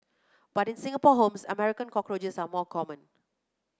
but in Singapore homes American cockroaches are more common